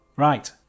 right